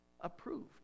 approved